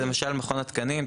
למשל מכון התקנים,